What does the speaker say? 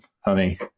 honey